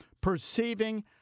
perceiving